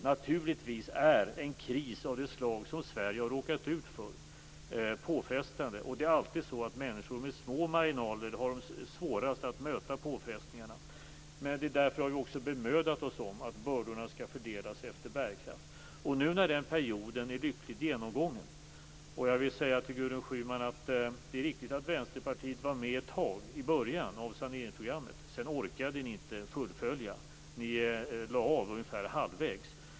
Naturligtvis är en kris av det slag Sverige har råkat ut för påfrestande. Människor med små marginaler har svårast att möta påfrestningarna. Det är därför vi har bemödat oss om att bördorna skall fördelas efter bärkraft. Det är riktigt att Vänsterpartiet var med ett tag i början av saneringsprogrammet, Gudrun Schyman. Sedan orkade ni inte fullfölja. Ni lade av halvvägs.